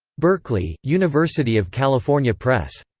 berkeley, university of california press.